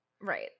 right